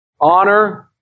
Honor